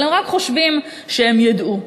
הם רק חושבים שהם ידעו.